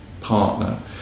partner